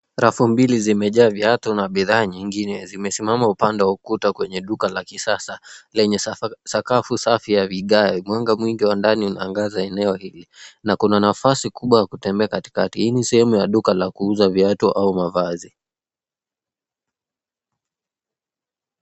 Rafu mbili zimejaa viatu na bidhaa nyingine. Zimesimama pande wa ukuta kwenye duka la kisasa lenye sakafu safi ya vigae. Mwanga mwingi wa ndani unaangaza eneo hili, na kuna nafasi kubwa ya kutembea katikati. Hii ni sehemu ya duka ya kuuza viatu au mavazi.